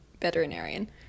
Veterinarian